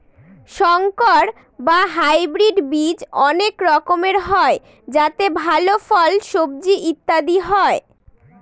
সংকর বা হাইব্রিড বীজ অনেক রকমের হয় যাতে ভাল ফল, সবজি ইত্যাদি হয়